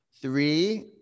Three